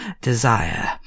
desire